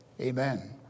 Amen